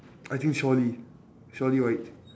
I think trolley trolley right